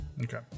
Okay